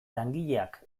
langileak